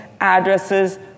addresses